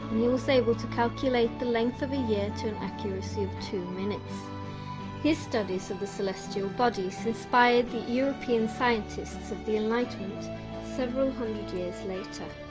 he was able to calculate the length of a year to an accuracy of two minutes his studies of the celestial bodies inspired the european scientists of the enlightenment several hundred years later